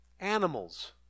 animals